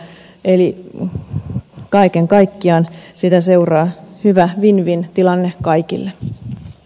eli kaiken kaikkiaan siitä seuraa hyvä winwin tilanne kaikille